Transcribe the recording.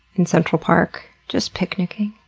in central park, just, picnicking?